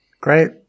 Great